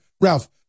Ralph